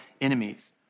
enemies